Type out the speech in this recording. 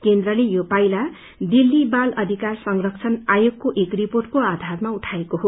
केन्द्रले यो पाइला दिल्ली बाल अधिकार संरक्षण आयोगको एक रिपोर्टको आधारमा उठाएको हो